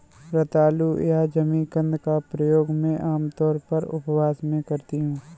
रतालू या जिमीकंद का प्रयोग मैं आमतौर पर उपवास में करती हूँ